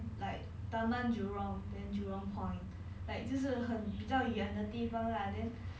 err tanjong pagar then vivo city then jurong